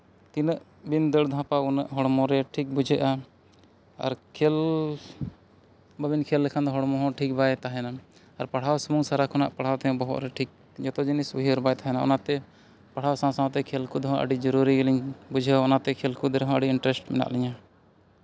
ᱛᱤᱱᱟᱹᱜ ᱵᱤᱱ ᱫᱟᱹᱲ ᱫᱷᱟᱯᱟ ᱩᱱᱟᱹᱜ ᱦᱚᱲᱢᱚᱨᱮ ᱴᱷᱤᱠ ᱵᱩᱡᱷᱟᱹᱜᱼᱟ ᱟᱨ ᱠᱷᱮᱞ ᱵᱟᱹᱵᱤᱱ ᱠᱷᱮᱞ ᱞᱮᱠᱷᱟᱱ ᱫᱚ ᱦᱚᱲᱢᱚ ᱦᱚᱸ ᱴᱷᱤᱠ ᱵᱟᱭ ᱛᱟᱦᱮᱱᱟ ᱟᱨ ᱯᱟᱲᱦᱟᱣ ᱥᱩᱢᱩᱝ ᱯᱟᱲᱦᱟᱣ ᱛᱮᱦᱚᱸ ᱵᱚᱦᱚᱜᱨᱮ ᱴᱷᱤᱠ ᱡᱚᱛᱚ ᱡᱤᱱᱤᱥ ᱩᱭᱦᱟᱹᱨ ᱵᱟᱭ ᱛᱟᱦᱮᱱᱟ ᱚᱱᱟᱛᱮ ᱯᱟᱲᱦᱟᱣ ᱥᱟᱶ ᱥᱟᱶᱛᱮ ᱠᱷᱮᱞ ᱠᱚᱫᱚ ᱦᱟᱸᱜ ᱟᱹᱰᱤ ᱡᱚᱨᱩᱨᱤ ᱜᱮᱞᱤᱧ ᱵᱩᱡᱷᱟᱹᱣᱟ ᱚᱱᱟᱛᱮ ᱠᱷᱮᱞ ᱠᱚᱨᱮᱦᱚᱸ ᱟᱹᱰᱤ ᱤᱱᱴᱟᱨᱮᱥᱴ ᱢᱮᱱᱟᱜ ᱞᱤᱧᱟᱹ